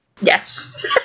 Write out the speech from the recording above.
Yes